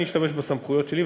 אני אשתמש בסמכויות שלי,